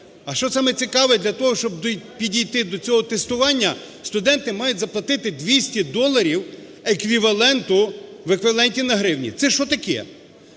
А що саме цікаве: для того, щоб підійти до цього тестування, студенти мають заплатити 200 долів еквіваленту, в еквіваленті на гривні. Це що таке!?